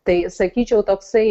tai sakyčiau toksai